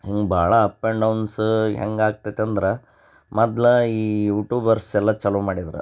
ಹಿಂಗೆ ಭಾಳ up and downs ಹೆಂಗೆ ಆಗ್ತೈತೆ ಅಂದ್ರೆ ಮೊದ್ಲ ಈ ಯೂಟೂಬರ್ಸ್ ಎಲ್ಲ ಚಾಲು ಮಾಡಿದ್ರು